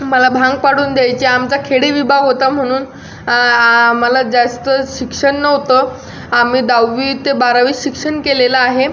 मला भांग पाडून द्यायची आमचा खेडे विभाग होता म्हणून आम्हाला जास्त शिक्षण नव्हतं आम्ही दहावी ते बारावी शिक्षण केलेलं आहे